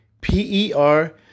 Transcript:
P-E-R